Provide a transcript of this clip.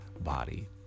body